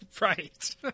right